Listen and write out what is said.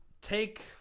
take